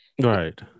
right